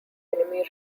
enemy